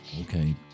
Okay